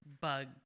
bug